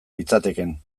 litzatekeen